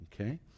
Okay